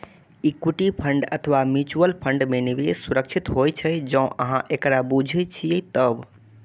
equity fund अथवा mutual fund मे निवेश सुरक्षित होइ छै, जौं अहां एकरा बूझे छियै तब